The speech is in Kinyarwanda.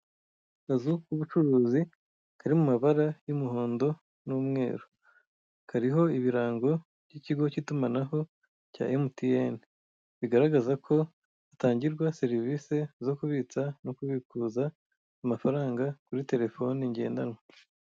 Akazu k'ubucuruzi kari mu mabara y'umuhondo n'umweru kariho ibirango by'ikigo k'itumanaho cya MTN bigaragaza ko hatangirwa serivisi zo kubitsa no kubikuza amafaranga kuri telefone ngendanwa.